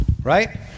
right